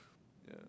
yeah